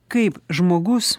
kaip žmogus